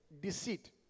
deceit